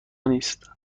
نیست